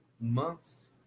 months